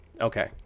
Okay